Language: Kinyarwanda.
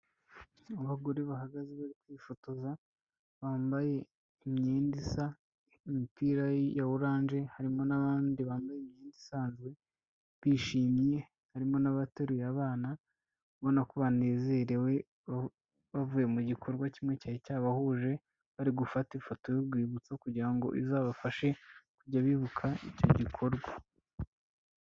Abagore bahagaze bifotoza, bambaye imyenda isa n'imipira ya oranje, harimo n'abandi bambaye imyenda isanzwe bishimye, harimo n'abateruye abana, ubona ko banezerewe, bavuye mu gikorwa kimwe cyari cyabahuje, bari gufata ifoto y'urwibutso kugira ngo izabafashe kujya bibuka icyo gikorwa.